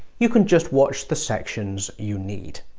you can just watch the sections you need.